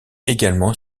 également